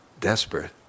desperate